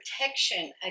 protection